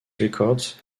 records